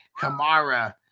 Kamara